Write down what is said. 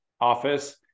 office